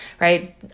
Right